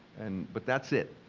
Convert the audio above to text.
and but that's it.